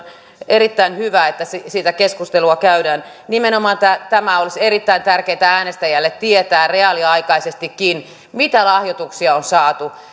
erittäin hyvä että sitä keskustelua käydään nimenomaan olisi erittäin tärkeätä äänestäjälle tietää reaaliaikaisestikin mitä lahjoituksia on saatu